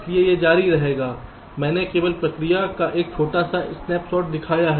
इसलिए यह जारी रहेगा मैंने केवल प्रक्रिया का एक छोटा सा स्नैप शॉट दिखाया है